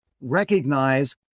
recognize